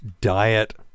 Diet